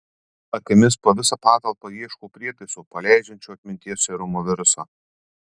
akimis po visą patalpą ieškau prietaiso paleidžiančio atminties serumo virusą